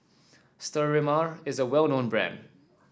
Sterimar is a well known brand